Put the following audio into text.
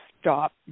stop